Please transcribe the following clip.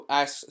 ask